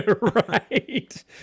Right